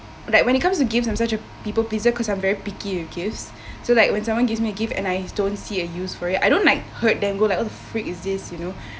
like when it comes to gifts I'm such a people pleaser cause I'm very picky with gifts so like when someone gives me a gift and I don't see a use for it I don't like hurt them and go like what the freak is this you know